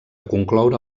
concloure